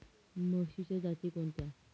म्हशीच्या जाती कोणत्या?